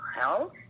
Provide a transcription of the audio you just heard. health